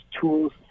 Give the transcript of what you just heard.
tools